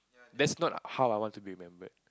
that's not how I want to be remembered